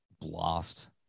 blast